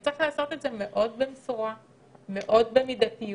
וצריך לעשות את זה מאוד במשורה ומאוד במידתיות